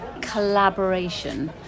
collaboration